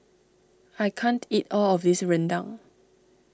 I can't eat all of this Rendang